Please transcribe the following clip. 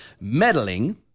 meddling